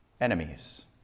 enemies